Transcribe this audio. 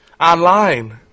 online